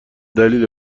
دلیل